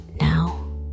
Now